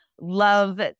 love